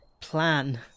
plan